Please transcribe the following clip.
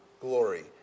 glory